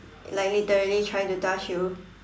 like literally try to touch you